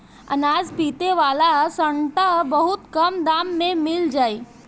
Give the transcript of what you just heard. अनाज पीटे वाला सांटा बहुत कम दाम में मिल जाई